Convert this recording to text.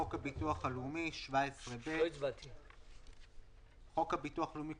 חוק הביטוח הלאומי 17ב. חוק הביטוח הלאומי,